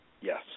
Yes